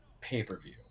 pay-per-view